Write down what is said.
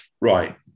right